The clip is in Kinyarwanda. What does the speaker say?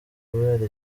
kubera